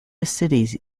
city